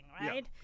right